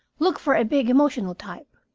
look for a big, emotional type.